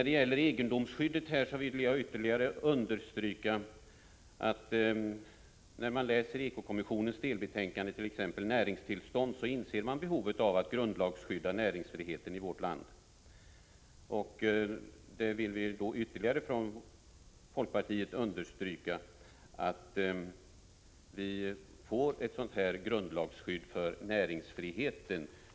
Beträffande egendomsskyddet vill jag ytterligare understryka att när man läser ekokommissionens delbetänkande Näringstillstånd, inser man behovet av att grundlagsskydda näringsfriheten i vårt land. Där vill vi från folkpartiets sida ytterligare understryka angelägenheten av att vi får ett grundlagsskydd för näringsfriheten.